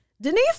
Denise